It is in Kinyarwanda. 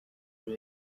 buri